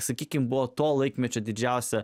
sakykime buvo to laikmečio didžiausia